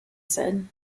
said